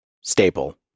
staple